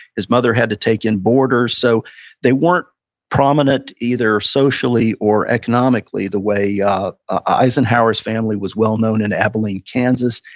his mother had to take in borders, so they weren't prominent either socially or economically the way yeah eisenhower's family was well known in abilene, kansas.